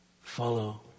follow